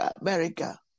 America